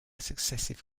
successive